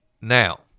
Now